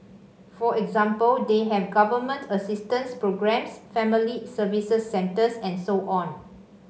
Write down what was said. for example they have Government assistance programmes Family Service Centres and so on